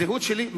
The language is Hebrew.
הזהות שלי היא,